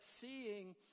seeing